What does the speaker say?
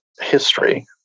history